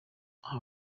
aha